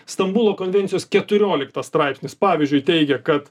stambulo konvencijos keturioliktas straipsnis pavyzdžiui teigia kad